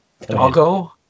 Doggo